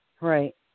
Right